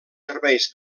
serveis